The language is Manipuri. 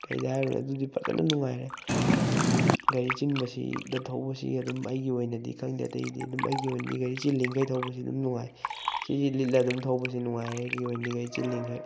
ꯀꯩꯗ ꯍꯥꯏꯔꯣ ꯑꯗꯨꯗꯤ ꯐꯖꯅ ꯅꯨꯡꯉꯥꯏꯔꯦ ꯑꯗꯒꯤ ꯒꯥꯔꯤ ꯆꯤꯟꯕꯁꯤꯗ ꯊꯧꯕꯁꯤꯒ ꯑꯗꯨꯝ ꯑꯩꯒꯤ ꯑꯣꯏꯅꯗꯤ ꯈꯪꯗꯦ ꯑꯗꯒꯤꯗꯤ ꯑꯗꯨꯝ ꯑꯩꯒꯤ ꯑꯣꯏꯅꯗꯤ ꯒꯥꯔꯤ ꯆꯤꯜꯂꯤꯉꯩ ꯊꯧꯕꯁꯤ ꯑꯗꯨꯝ ꯅꯨꯡꯉꯥꯏ ꯖꯤꯖꯤ ꯂꯤꯠꯂ ꯑꯗꯨꯝ ꯊꯧꯕꯁꯤ ꯅꯨꯡꯉꯥꯏꯔꯦ ꯑꯩꯒꯤ ꯑꯣꯏꯅꯗꯤ ꯒꯥꯔꯤ ꯆꯤꯜꯂꯤꯃꯈꯩ